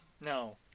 No